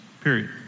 period